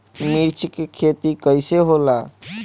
मिर्च के खेती कईसे होला?